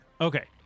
Okay